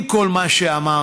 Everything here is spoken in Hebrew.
עם כל מה שאמרתי,